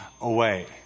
away